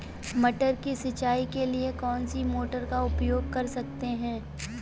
मटर की सिंचाई के लिए कौन सी मोटर का उपयोग कर सकते हैं?